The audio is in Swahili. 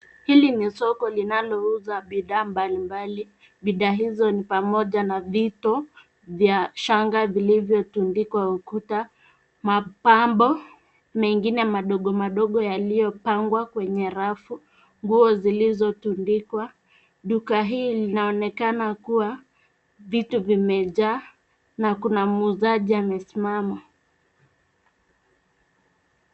Hili ni soko linalouza bidhaa mbalimbali. Bidhaa hizo ni pamoja na vito vya shanga vilivyotundikwa ukuta, mapambo mengine madogo madogo yaliyopangwa kwenye rafu, nguo zilizotundikwa. Duka hii linaonekana kuwa vitu vimejaa na kuna muuzaji amesimama.